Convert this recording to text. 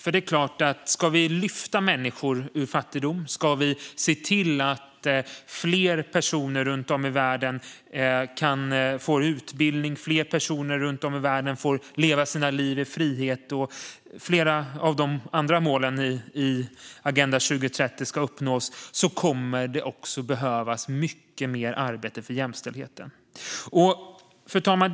Om vi ska lyfta människor ur fattigdom och se till att fler runt om i världen får utbildning och får leva sina liv i frihet och att flera av de andra målen i Agenda 2030 uppnås kommer det nämligen att behövas mycket mer arbete för jämställdheten. Fru talman!